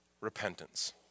repentance